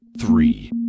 three